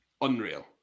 unreal